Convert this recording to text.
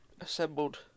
Assembled